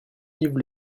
yves